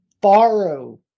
borrow